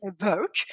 work